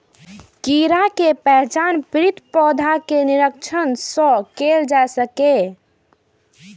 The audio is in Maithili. कीड़ा के पहचान पीड़ित पौधा के निरीक्षण सं कैल जा सकैए